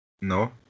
No